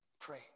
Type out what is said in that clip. pray